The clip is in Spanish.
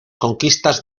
conquistas